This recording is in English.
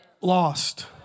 lost